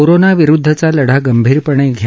कोरोनाविरुदधचा लढा गंभीरपणे घ्या